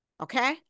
Okay